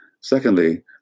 Secondly